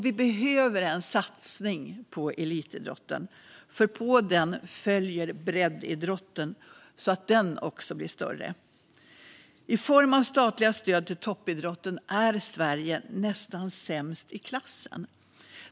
Vi behöver en satsning på elitidrott, för på den följer att även breddidrotten blir större. I form av statliga stöd till toppidrotten är Sverige nästan sämst i klassen.